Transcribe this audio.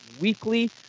weekly